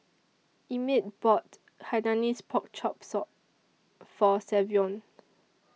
Emit bought Hainanese Pork Chop sore For Savion